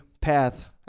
path